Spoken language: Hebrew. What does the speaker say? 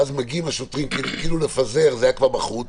ואז מגיעים השוטרים כאילו לפזר זה היה כבר בחוץ